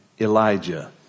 Elijah